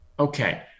Okay